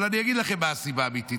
אבל אני אגיד לכם מה הסיבה האמיתית.